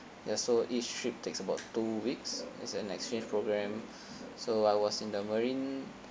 ya so each trip takes about two weeks as an exchange program so I was in the marine